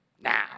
Now